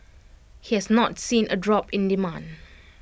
he has not seen A drop in demand